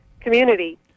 community